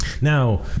Now